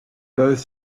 both